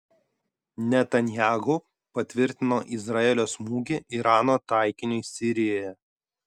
netanyahu patvirtino izraelio smūgį irano taikiniui sirijoje